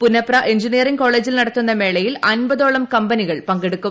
Punnapra engineering കോളേജിൽ നടത്തുന്ന മേളയിൽ അമ്പതോളം കമ്പനികൾ പങ്കെടുക്കും